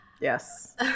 Yes